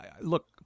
look